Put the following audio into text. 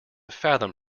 fathom